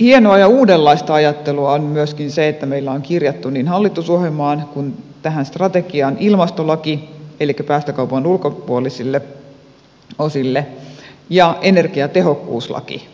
hienoa ja uudenlaista ajattelua on myöskin se että meillä on kirjattu niin hallitusohjelmaan kuin tähän strategiaan ilmastolaki päästökaupan ulkopuolisille osille ja energiatehokkuuslaki